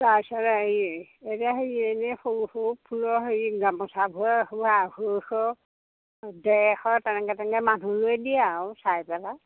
তাৰপিছতে হেৰি এনেই হেৰি এনেই সৰু সৰু ফুলৰ হেৰি গামোচাবোৰ আঢ়ৈশ ডেৰশ তেনেকৈ তেনেকৈ মানুহ লৈ দিয়ে আৰু চাই পেলাই